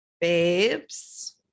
Babes